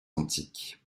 antiques